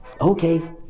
Okay